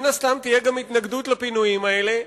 מן הסתם תהיה גם התנגדות לפינויים האלה,